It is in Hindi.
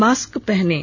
मास्क पहनें